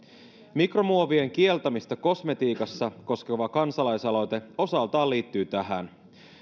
mikromuovien kieltämistä kosmetiikassa koskeva kansalaisaloite osaltaan liittyy tähän